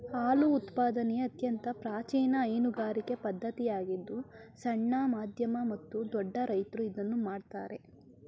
ಹಾಲು ಉತ್ಪಾದನೆ ಅತ್ಯಂತ ಪ್ರಾಚೀನ ಹೈನುಗಾರಿಕೆ ಪದ್ಧತಿಯಾಗಿದ್ದು ಸಣ್ಣ, ಮಧ್ಯಮ ಮತ್ತು ದೊಡ್ಡ ರೈತ್ರು ಇದನ್ನು ಮಾಡ್ತರೆ